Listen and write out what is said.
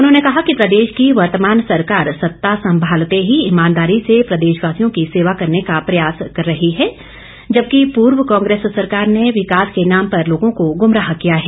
उन्होंने कहा कि प्रदेश की वर्तमान सरकार सत्ता सम्भालते ही ईमानदारी से प्रदेशवासियों की सेवा करने का प्रयास कर रही है जबकि पूर्व कांग्रेस सरकार ने विकास के नाम पर लोगों को गुमराह किया है